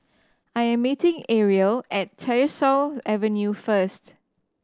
I am meeting Ariel at Tyersall Avenue first